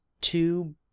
two